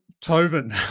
Tobin